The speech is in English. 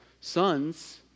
sons